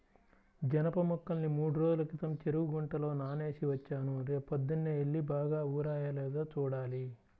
జనప మొక్కల్ని మూడ్రోజుల క్రితం చెరువు గుంటలో నానేసి వచ్చాను, రేపొద్దన్నే యెల్లి బాగా ఊరాయో లేదో చూడాలి